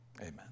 amen